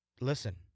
listen